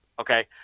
Okay